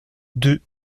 deux